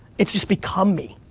it's just become me,